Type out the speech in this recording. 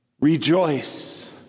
Rejoice